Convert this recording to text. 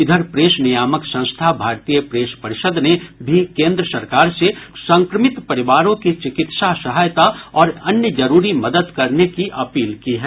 इधर प्रेस नियामक संस्था भारतीय प्रेस परिषद ने भी केन्द्र सरकार से संक्रमित पत्रकारों की चिकित्सा सहायता और अन्य जरूरी मदद करने की अपील की है